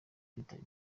kwitaba